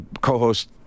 co-host